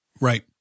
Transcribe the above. Right